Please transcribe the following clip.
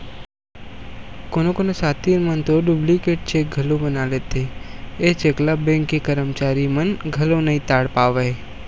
कोनो कोनो सातिर मन तो डुप्लीकेट चेक घलोक बना लेथे, ए चेक ल बेंक के करमचारी मन घलो नइ ताड़ पावय